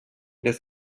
des